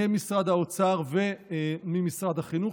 ממשרד האוצר וממשרד החינוך,